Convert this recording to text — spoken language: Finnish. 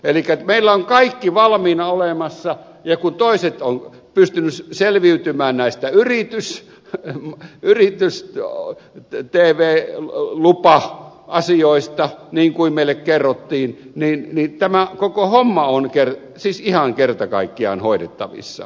elikkä meillä on kaikki valmiina olemassa ja kun toiset ovat pystyneet selviytymään näistä yritys tv lupa asioista niin kuin meille kerrottiin niin tämä koko homma on ihan kerta kaikkiaan hoidettavissa